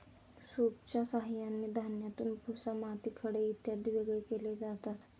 सूपच्या साहाय्याने धान्यातून भुसा, माती, खडे इत्यादी वेगळे केले जातात